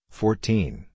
fourteen